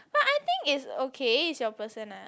but I think is okay it's your personal